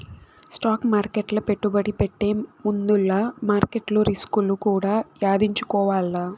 stock మార్కెట్ల పెట్టుబడి పెట్టే ముందుల మార్కెట్ల రిస్కులు కూడా యాదించుకోవాల్ల